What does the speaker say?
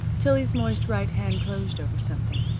tillie's moist right hand closed over something.